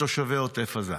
מתושבי עוטף עזה.